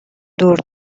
دور